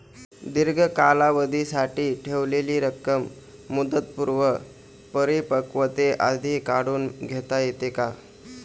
दीर्घ कालावधीसाठी ठेवलेली रक्कम मुदतपूर्व परिपक्वतेआधी काढून घेता येते का?